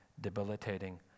debilitating